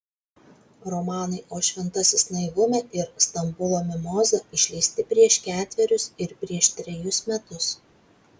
romanai o šventasis naivume ir stambulo mimoza išleisti prieš ketverius ir prieš trejus metus